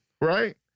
right